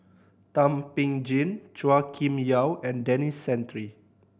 Thum Ping Tjin Chua Kim Yeow and Denis Santry